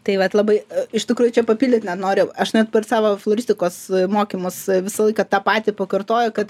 tai vat labai iš tikrųjų čia papildyt net noriu aš net per savo floristikos mokymus visą laiką tą patį pakartoju kad